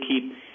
keep